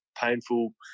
painful